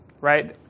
right